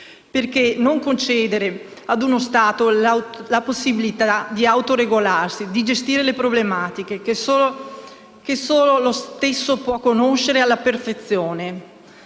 Perché non concedere ad uno Stato la possibilità di autoregolarsi e di gestire le problematiche che solo lo stesso può conoscere alla perfezione